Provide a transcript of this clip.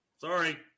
Sorry